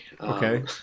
Okay